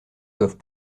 doivent